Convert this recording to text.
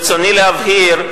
ברצוני להבהיר,